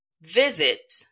visit